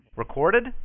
Recorded